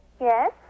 Yes